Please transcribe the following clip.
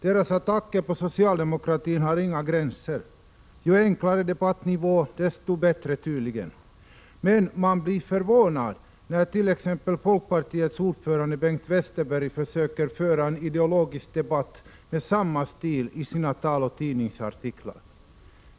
Deras attacker på socialdemokratin har inga gränser. Ju enklare debattnivå, desto bättre tydligen. Men man blir förvånad när t.ex. folkpartiets ordförande Bengt Westerberg försöker föra en ideologisk debatt med samma stil i sina tal och tidningsartiklar.